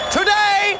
Today